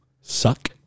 suck